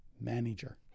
Manager